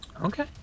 Okay